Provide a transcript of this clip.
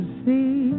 see